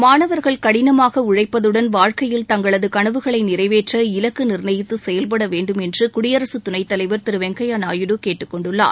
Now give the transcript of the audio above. மாணவர்கள் கடினமாக உழழப்பதுடன் வாழ்க்கையில் தங்களது கனவுகளை நிறைவேற்ற இலக்கு நிர்ணயித்து செயல்படவேண்டும் என்று குடியரசுத் துணைத்தலைவர் திரு வெங்கய்யா நாயுடு கேட்டுக்கொண்டுள்ளார்